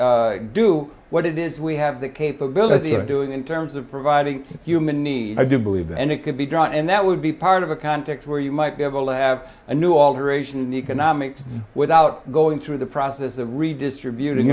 us do what it is we have the capability of doing in terms of providing human need i do believe and it could be drawn and that would be part of a context where you might be able to have a new alteration in economics without going through the process of redistributing